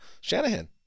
Shanahan